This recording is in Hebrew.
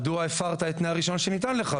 מדוע הפרת את תנאי הרישיון שניתן לך?